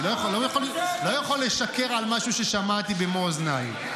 אני לא יכול לשקר על משהו ששמעתי במו אוזניי.